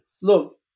Look